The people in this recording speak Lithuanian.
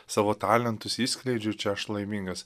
savo talentus išskleidžiau ir čia aš laimingas